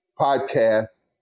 podcast